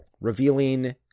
revealing